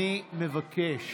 אני מבקש